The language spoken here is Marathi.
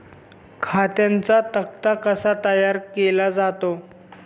खात्यांचा तक्ता कसा तयार केला जातो?